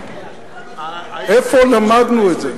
איפה למדנו את זה?